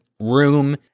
room